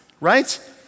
right